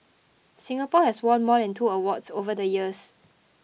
Singapore has won more than two awards over the years